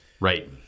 Right